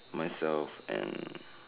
myself and